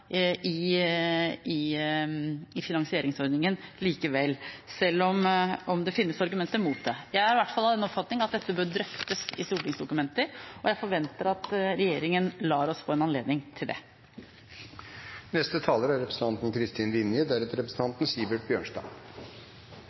gjøre noe med finansieringsordningen likevel, selv om det finnes argumenter mot det. Jeg er i hvert fall av den oppfatning at dette bør drøftes i stortingsdokumenter, og jeg forventer at regjeringen lar oss få en anledning til det.